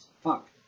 Fuck